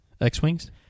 X-Wings